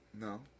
No